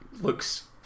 looks